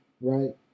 right